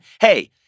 Hey